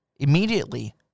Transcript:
Immediately